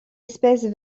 espaces